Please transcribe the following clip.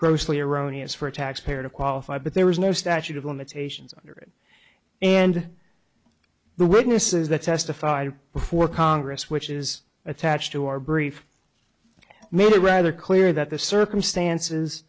grossly erroneous for a taxpayer to qualify but there was no statute of limitations under it and the witnesses that testified before congress which is attached to our brief made a rather clear that the circumstances